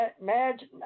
Imagine